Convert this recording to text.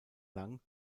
lang